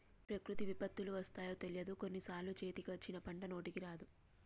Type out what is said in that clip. ఏం ప్రకృతి విపత్తులు వస్తాయో తెలియదు, కొన్ని సార్లు చేతికి వచ్చిన పంట నోటికి రాదు